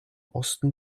osten